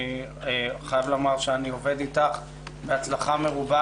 אני חייב לומר שאני עובד איתך בהצלחה מרובה